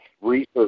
research